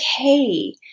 okay